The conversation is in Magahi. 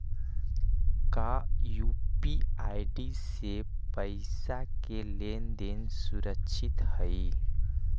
का यू.पी.आई से पईसा के लेन देन सुरक्षित हई?